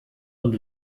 und